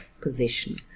position